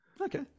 Okay